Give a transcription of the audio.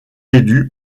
élus